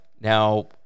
Now